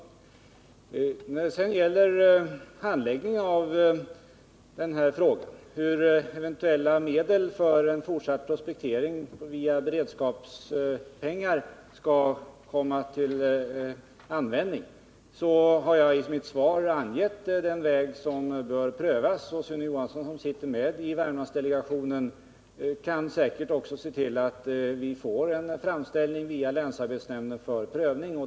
När det sedan gäller handläggningen av frågan hur eventuella beredskapsmedel för en fortsatt prospektering skall användas har jag i mitt svar angivit den väg som bör prövas. Sune Johansson, som är ledamot av Värmlandsdelegationen, kan säkerligen också se till att vi får en framställning via länsarbetsnämnden för prövning.